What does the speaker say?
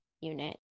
unit